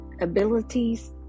abilities